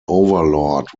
overlord